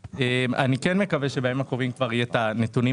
אני כן מקווה שבימים הקרובים כבר יהיו את הנתונים